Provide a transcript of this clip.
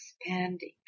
expanding